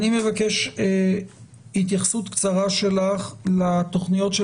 אני מבקש התייחסות קצרה שלך לתכניות של